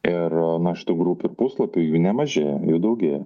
ir na šitų grupių ir puslapių jų nemažėja jų daugėja